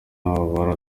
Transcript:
wabo